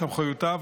סמכויותיו,